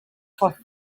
for